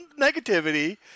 negativity